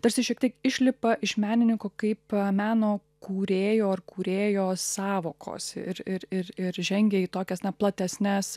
tarsi šiek tiek išlipa iš menininko kaip meno kūrėjo ar kūrėjos sąvokos ir ir ir ir žengia į tokias na platesnes